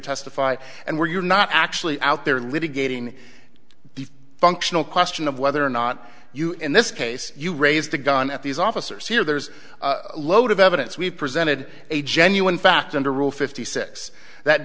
testify and where you're not actually out there litigating the functional question of whether or not you in this case you raised the gun at these officers here there's a load of evidence we presented a genuine fact under rule fifty six that